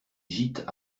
gîtes